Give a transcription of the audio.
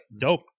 Dope